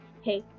hey